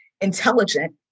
intelligent